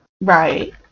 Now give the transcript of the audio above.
Right